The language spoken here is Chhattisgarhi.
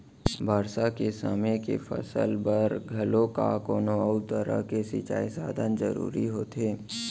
बरसा के समे के फसल बर घलोक कोनो अउ तरह के सिंचई साधन जरूरी होथे